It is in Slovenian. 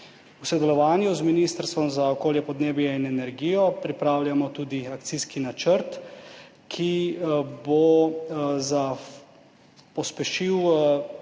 V sodelovanju z Ministrstvom za okolje, podnebje in energijo pripravljamo tudi akcijski načrt, ki bo pospešil